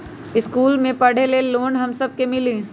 इश्कुल मे पढे ले लोन हम सब के मिली?